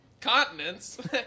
Continents